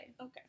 Okay